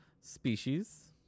species